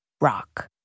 rock